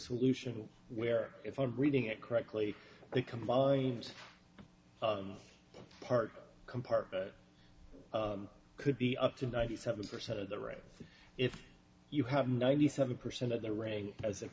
solution where if i'm reading it correctly the combined part compartment could be up to ninety seven percent of the right if you have ninety seven percent of the rank as